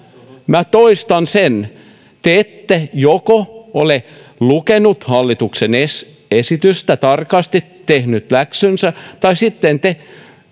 minä toistan joko te ette ole lukeneet hallituksen esitystä tarkasti tehneet läksyjänne tai sitten te